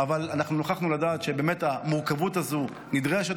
אנחנו נוכחנו לדעת שבאמת המורכבות הזאת נדרשת,